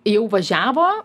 jau važiavo